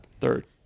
Third